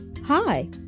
Hi